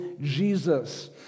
Jesus